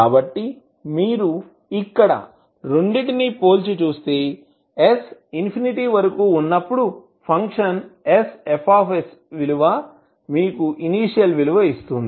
కాబట్టి మీరు ఇక్కడ రెండింటినీ పోల్చి చూస్తే s ఇన్ఫినిటీ వరకు ఉన్నప్పుడు ఫంక్షన్ sFs విలువ మీకు ఇనీషియల్ విలువ ఇస్తుంది